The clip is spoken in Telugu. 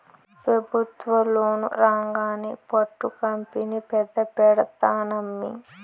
పెబుత్వ లోను రాంగానే పట్టు కంపెనీ పెద్ద పెడ్తానమ్మీ